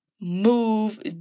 move